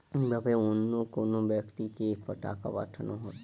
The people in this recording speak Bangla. কি ভাবে অন্য কোনো ব্যাক্তিকে টাকা পাঠানো হয়?